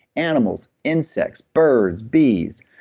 animals insects, birds, bees,